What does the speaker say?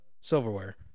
silverware